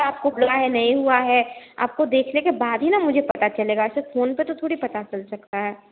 अच्छा आपको हुआ है नहीं हुआ है आपको देखने के बाद ही मुझे पता चलेगा ऐसे फ़ोन पर तो थोड़ी पता चल सकता है